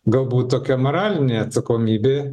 galbūt tokia moralinė atsakomybė